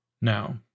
Now